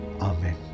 Amen